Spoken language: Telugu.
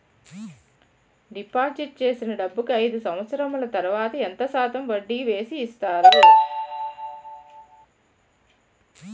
డిపాజిట్ చేసిన డబ్బుకి అయిదు సంవత్సరాల తర్వాత ఎంత శాతం వడ్డీ వేసి ఇస్తారు?